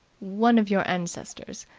one of your ancestors.